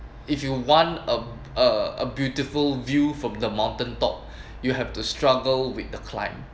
if you want a a a beautiful view from the mountain top you have to struggle with the climb